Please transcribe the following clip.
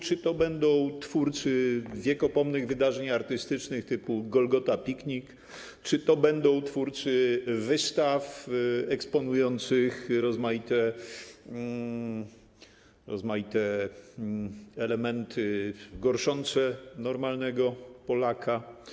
Czy to będą twórcy wiekopomnych wydarzeń artystycznych typu Golgota Picnic, czy to będą twórcy wystaw eksponujących rozmaite elementy gorszące normalnego Polaka?